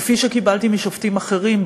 כפי שקיבלתי משופטים אחרים,